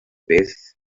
beth